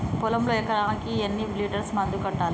పొలంలో ఎకరాకి ఎన్ని లీటర్స్ మందు కొట్టాలి?